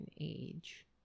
age